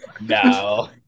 No